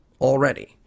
already